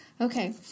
okay